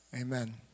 amen